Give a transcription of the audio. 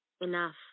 Enough